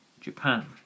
Japan